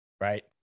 right